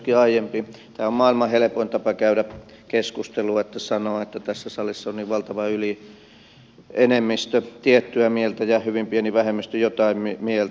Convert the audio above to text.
tämä on maailman helpoin tapa käydä keskustelua että sanoo että tässä salissa on niin valtava ylienemmistö tiettyä mieltä ja hyvin pieni vähemmistö jotain mieltä